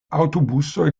aŭtobusoj